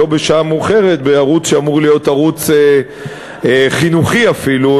לא בשעה מאוחרת לראות בערוץ שאמור להיות חינוכי אפילו,